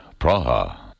Praha